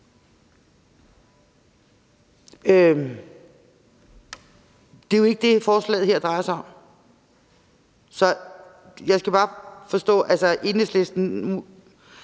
Det er jo ikke det, forslaget her drejer sig om, så jeg skal bare lige forstå på Enhedslisten